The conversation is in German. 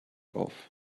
auf